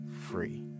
free